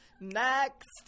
next